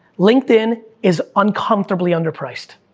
linkedin is uncomfortably under priced.